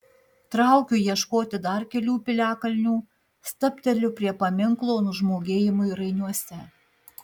traukiu ieškoti dar kelių piliakalnių stabteliu prie paminklo nužmogėjimui rainiuose